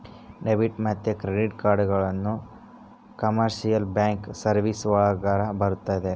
debit ಮತ್ತೆ credit ಕಾರ್ಡ್ಗಳನ್ನ commercial bank services ಒಳಗರ ಬರುತ್ತೆ